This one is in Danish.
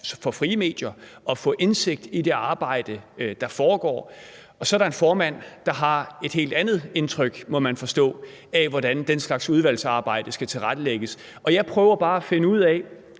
for frie medier at få indsigt i det arbejde, der foregår. Og så er der en formand, der har et helt andet indtryk af, må man forstå, hvordan den slags udvalgsarbejde skal tilrettelægges. Jeg står her bare i dag